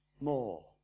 more